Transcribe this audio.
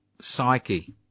psyche